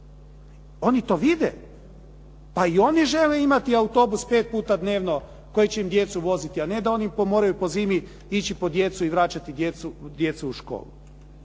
Oni to vide. Pa i oni žele imati autobus 5 puta dnevno koji će im djecu voziti, a ne da oni moraju po zimi ići po djecu i vraćati djecu u školu.